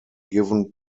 given